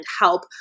help